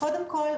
קודם כל,